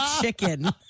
chicken